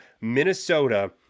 Minnesota